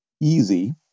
easy